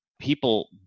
people